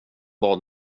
bad